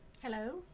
Hello